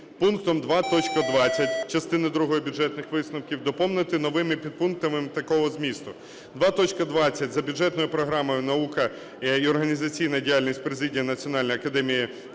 пунктом 2.20 частини другої бюджетних висновків доповнити новими підпунктами такого змісту: "2.20 за бюджетної програмою "Наука і організаційна діяльність президії Національної академії